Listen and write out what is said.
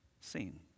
seen